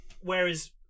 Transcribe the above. Whereas